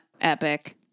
epic